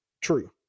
true